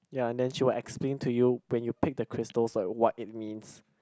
ya and then she will explain to you when you pick the crystals right what it means